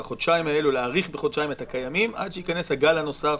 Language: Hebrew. להאריך בחודשיים את הקיימים, עד שייכנס הגל הנוסף.